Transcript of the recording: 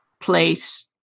place